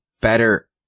better